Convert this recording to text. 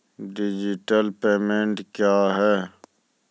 Digital payment क्या हैं?